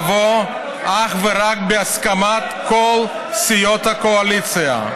תבוא אך ורק בהסכמת כל סיעות הקואליציה.